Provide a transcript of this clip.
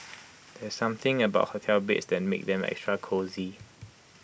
there's something about hotel beds that makes them extra cosy